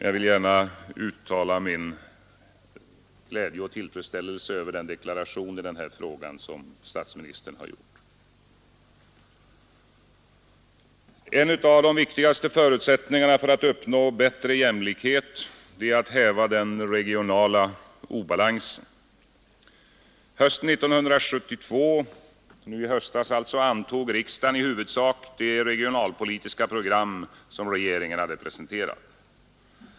Jag vill gärna uttala min glädje och tillfredsställelse över den deklaration i den här frågan som statsministern har gjort. En av de viktigaste förutsättningarna för att uppnå bättre jämlikhet är att häva den regionala obalansen. Hösten 1972 antog riksdagen i huvudsak det regionalpolitiska program som regeringen presenterat.